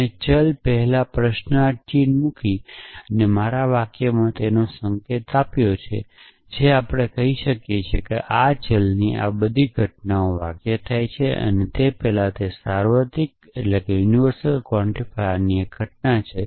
મેં ચલ પહેલાં પ્રશ્નાર્થ ચિહ્ન મૂકીને મારા વાક્યમાં તેનો સંકેત આપ્યો છે જે આપણને કહે છે કે આ ચલની આ બધી ઘટનાઓ વાક્ય થાય તે પહેલાં સાર્વત્રિક ક્વાન્ટિફાયરની એક ઘટના છે